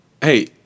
Hey